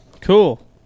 Cool